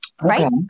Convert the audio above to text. Right